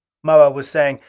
moa was saying,